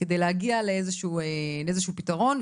כדי להגיע לאיזשהו פתרון.